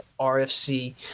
RFC